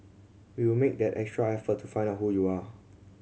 we will make that extra effort to find out who you are